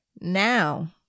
Now